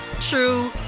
true